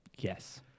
Yes